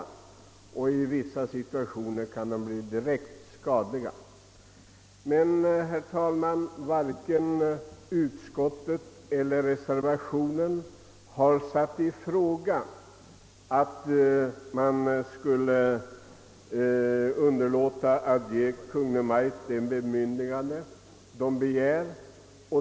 I vissa situationer kan fullmaktslagar bli direkt skadliga. Men varken utskottet eller reservanterna har ifrågasatt att man inte skulle ge Kungl. Maj:t det bemyndigande som begärts.